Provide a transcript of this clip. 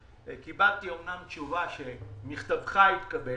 קיבלתי אמנם תשובה בסגנון של "מכתבך התקבל",